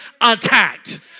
attacked